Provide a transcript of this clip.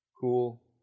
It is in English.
Cool